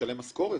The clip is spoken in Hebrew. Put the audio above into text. לעבוד.